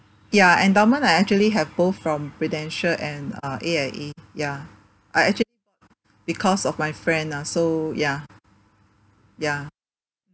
ya endowment I actually have both from prudential and uh A_I_A ya I actually because of my friend ah so ya ya